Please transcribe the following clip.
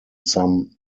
some